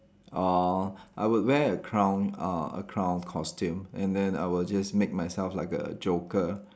uh I would wear a clown uh a clown costume and then I will just make myself like a joker